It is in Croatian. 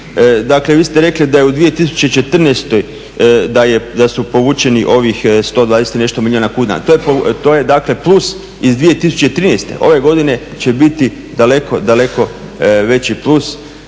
Dakle, vi ste rekli da je u 2014., da su povučeni ovih 120 i nešto milijuna kuna. To je dakle plus iz 2013. Ove godine će biti daleko, daleko veći plus